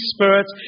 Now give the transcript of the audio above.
Spirit